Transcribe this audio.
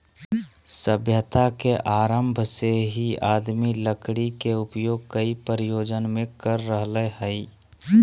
सभ्यता के आरम्भ से ही आदमी लकड़ी के उपयोग कई प्रयोजन मे कर रहल हई